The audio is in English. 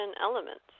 elements